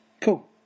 Cool